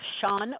Sean